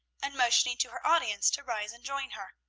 and, motioning to her audience to rise and join her,